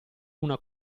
una